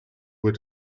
were